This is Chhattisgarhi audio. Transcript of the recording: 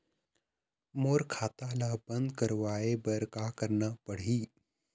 मोर खाता ला बंद करवाए बर का करना पड़ही?